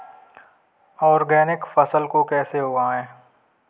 Organic फसल को कैसे उगाएँ?